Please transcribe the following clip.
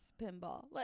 pinball